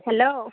hello